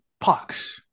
Pox